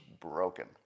broken